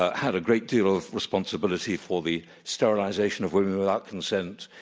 ah had a great deal of responsibility for the sterilization of women without consent,